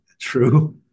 true